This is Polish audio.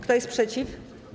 Kto jest przeciw?